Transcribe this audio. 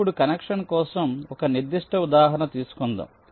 ఇప్పుడు కనెక్షన్ కోసం ఒక నిర్దిష్ట ఉదాహరణ తీసుకుందాం